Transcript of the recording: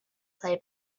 play